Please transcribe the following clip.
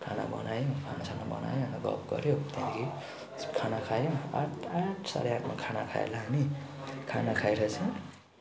खाना बनायो खानासाना बनायो अन्त गफ गर्यो त्यहाँदेखि खाना खायो आठ आठ साढे आठमा खाना खायोहोला हामी खाना खाएर चाहिँ